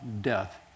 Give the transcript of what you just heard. death